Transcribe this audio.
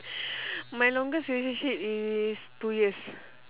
my longest relationship is two years